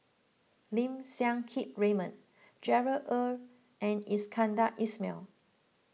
Lim Siang Keat Raymond Gerard Ee and Iskandar Ismail